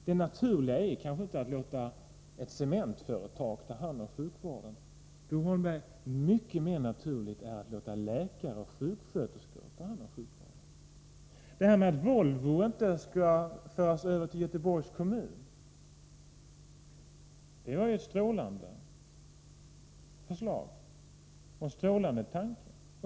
Det naturliga är kanske inte att låta ett cementföretag ta hand om sjukvården, Bo Holmberg. Mycket mer naturligt är att låta läkare och sjuksköterskor ta hand om sjukvården. Att Volvo inte skall föras över till Göteborgs kommun var ett strålande förslag, en strålande tanke.